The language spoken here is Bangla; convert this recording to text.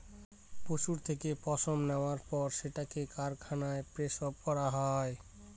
পশুর থেকে পশম নেওয়ার পর সেটাকে কারখানায় প্রসেস করা হয়